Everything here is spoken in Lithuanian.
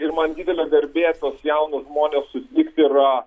ir man didelė garbė tuos jaunus žmones sutikt yra